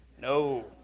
No